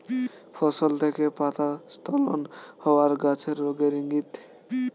ফসল থেকে পাতা স্খলন হওয়া গাছের রোগের ইংগিত